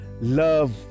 love